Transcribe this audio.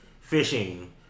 fishing